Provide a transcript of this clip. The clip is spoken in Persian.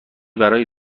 برای